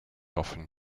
often